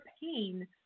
pain